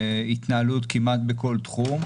ההתנהלות כמעט בכל תחום.